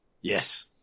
Yes